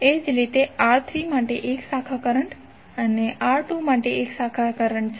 એ જ રીતે R3 માટે 1 શાખા કરંટ અને R2 માટે 1 શાખા કરંટ હશે